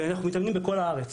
ואנחנו מתאמנים בכל הארץ.